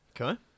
Okay